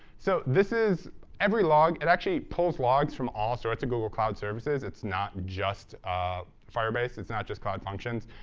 so this is every log. it actually pulls logs from all sorts of google cloud services. it's not just ah firebase. it's not just cloud functions.